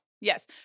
Yes